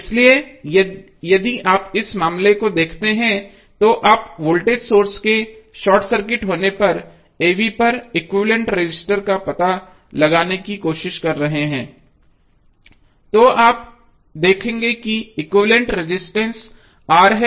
इसलिए यदि आप इस मामले को देखते हैं तो आप वोल्टेज सोर्स के शॉर्ट सर्किट होने पर ab पर एक्विवैलेन्ट रजिस्टर का पता लगाने की कोशिश कर रहे हैं तो आप देखेंगे कि एक्विवैलेन्ट रजिस्टेंस R है